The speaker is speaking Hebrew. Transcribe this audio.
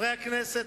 חברי הכנסת,